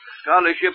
scholarship